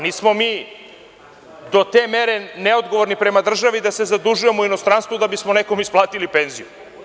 Nismo mi do te mere neodgovorni prema državi da se zadužujemo u inostranstvu kako bismo nekom isplatili penziju.